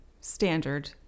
standard